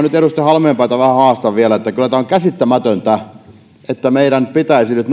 nyt edustaja halmeenpäätä vähän vielä haastan että kyllä tämä on käsittämätöntä että meidän pitäisi nyt